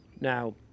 Now